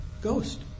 ghost